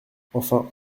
enfin